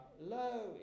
low